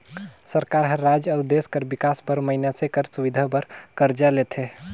सरकार हर राएज अउ देस कर बिकास बर मइनसे कर सुबिधा बर करजा लेथे